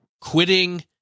quitting